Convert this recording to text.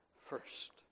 first